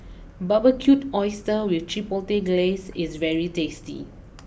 Barbecued Oysters with Chipotle Glaze is very tasty